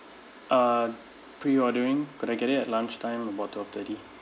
uh preordering could I get it at lunchtime about twelve thirty